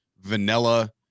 vanilla